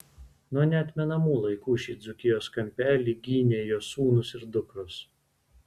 nuo neatmenamų laikų šį dzūkijos kampelį gynė jos sūnūs ir dukros